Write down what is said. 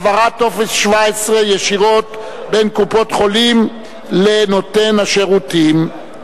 העברת טופס 17 ישירות בין קופת-חולים לנותן שירותים).